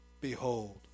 Behold